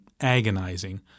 agonizing